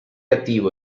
attivo